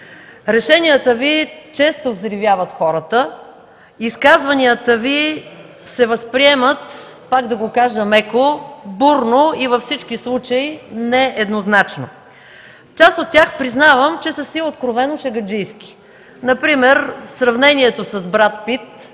Решенията Ви често взривяват хората, изказванията Ви се възприемат, пак да го кажа меко, бурно и във всички случаи нееднозначно. Част от тях, признавам, са си откровено шегаджийски. Например сравнението с Брад Пит,